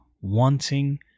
wanting